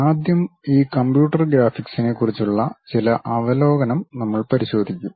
ആദ്യം ഈ കമ്പ്യൂട്ടർ ഗ്രാഫിക്സിനെക്കുറിച്ചുള്ള ചില അവലോകനം നമ്മൾ പരിശോധിക്കും